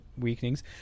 weakenings